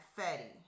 Fetty